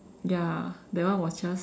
ya that one was just